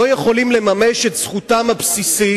לא יכולים לממש את זכותם הבסיסית,